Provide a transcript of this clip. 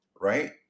right